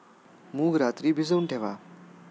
मूग रात्री भिजवून ठेवा